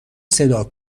صدا